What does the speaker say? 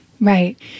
Right